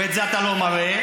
אני אגיד לך.